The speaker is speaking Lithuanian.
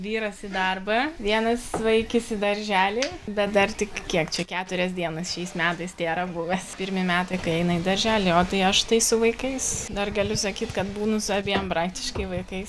vyras į darbą vienas vaikis į darželį bet dar tik kiek čia keturias dienas šiais metais tėra buvęs pirmi metai kai eina į darželį o tai aš tai su vaikais dar galiu sakyt kad būnu su abiem praktiškai vaikais